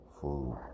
food